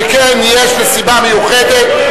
שכן יש נסיבה מיוחדת,